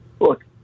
Look